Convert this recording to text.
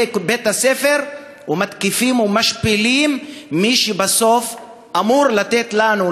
בית-הספר ומתקיפים ומשפילים את מי שבסוף אמור לתת לנו,